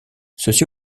ceci